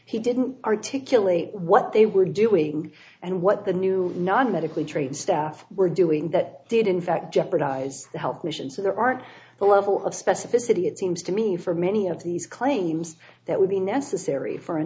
he didn't articulate what they were doing and what the new non medically trained staff were doing that did in fact jeopardize the health mission so there aren't the level of specificity it seems to me for many of these claims that would be necessary for a